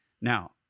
Now